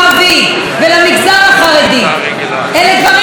אלה דברים חדשים שלא היו.